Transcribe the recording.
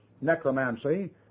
necromancy